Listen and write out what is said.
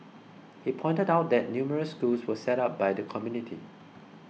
he pointed out that numerous schools were set up by the community